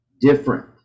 different